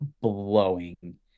blowing